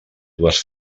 dues